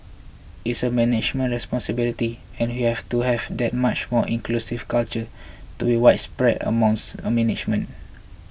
it's a management responsibility and we have to have that much more inclusive culture to be widespread amongst a management